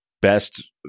best